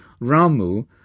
Ramu